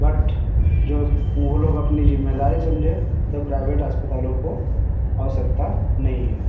but जो वह लोग अपनी ज़िम्मेदारी समझे तो प्राइवेट अस्पतालों को आवश्यकता नहीं है